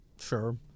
Sure